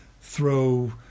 throw